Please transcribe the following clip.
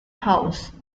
house